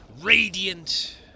radiant